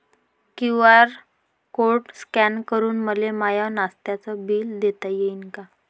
QR code scan करून मले माय नास्त्याच बिल देता येईन का?